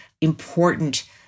important